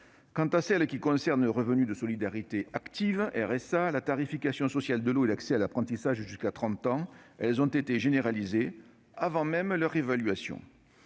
et celles qui concernaient le revenu de solidarité active (RSA), la tarification sociale de l'eau et l'accès à l'apprentissage jusqu'à l'âge de 30 ans, généralisées avant même leur évaluation.